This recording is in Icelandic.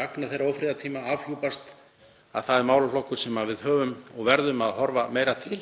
vegna þeirra ófriðartíma afhjúpast að það er málaflokkur sem við höfum og verðum að horfa meira til.